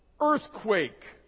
earthquake